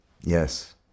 Yes